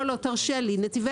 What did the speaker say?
לא, תרשה לי.